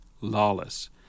lawless